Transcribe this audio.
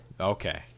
Okay